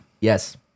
Yes